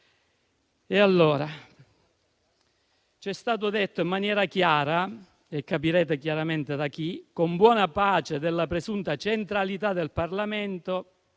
dall'alto): ci è stato detto in maniera chiara (e capirete chiaramente da chi), con buona pace della presunta centralità del Parlamento,